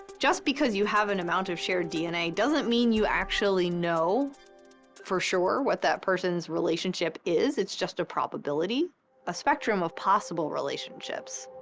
just because you have an amount of shared dna doesn't mean you actually know for sure what that person's relationship is, it's just a probability a spectrum of possible relationships.